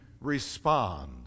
respond